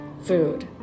food